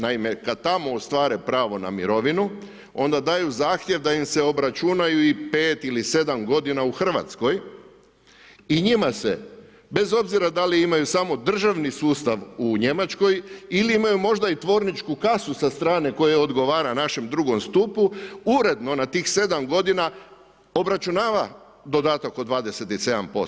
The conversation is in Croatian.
Naime, kada tamo ostvare pravo na mirovinu onda daju zahtjev da im se obračunaju i 5 ili sedam godina u Hrvatskoj i njima se bez obzira da li imaju samo državni sustav u Njemačkoj ili imaju možda i tvorničku kasu sa strane koje odgovara našem drugom stupu uredno na tih sedam godina obračunava dodatak od 27%